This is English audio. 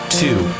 two